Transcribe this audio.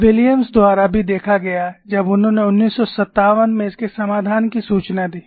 Williams द्वारा भी देखा गया जब उन्होंने 1957 में इसके समाधान की सूचना दी